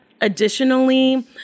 Additionally